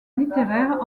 littéraire